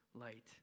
light